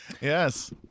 Yes